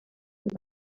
amb